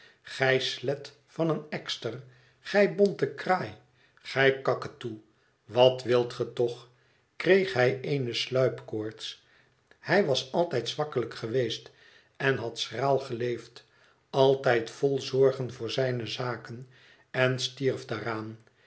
gij slet van een ekster gij bonte kraai gij kaketoe wat wilt ge toch kreeg hij eene sluipkoorts hij was altijd zwakkelijk geweest en had schraal geleefd altijd vol zorgen voor zijne zaken en stierf daaraan